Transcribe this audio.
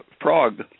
frog